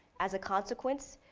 as a consequence,